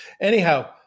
anyhow